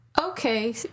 Okay